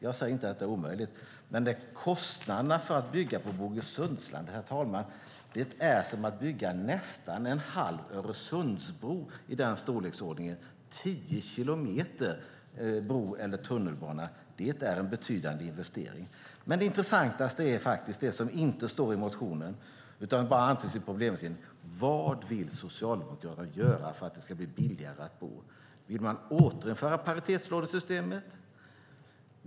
Jag säger inte att det är omöjligt, men kostnaderna för att bygga där är nästan desamma som för att bygga en halv Öresundsbro, herr talman. Tio kilometer bro eller tunnelbana - det är en betydande investering. Det mest intressanta är det som inte står i motionen, utan bara antyds i problembeskrivningen. Vad vill Socialdemokraterna göra för att det ska bli billigare att bo? Vill de återinföra paritetslånesystemet?